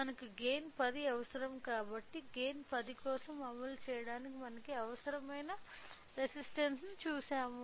మనకు గైన్ 10 అవసరం కాబట్టి గైన్ 10 కోసం అమలు చేయడానికి మనకు అవసరమైన రెసిస్టన్స్ ను చూశాము